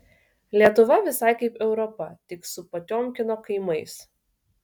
lietuva visai kaip europa tik su potiomkino kaimais